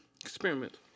Experiment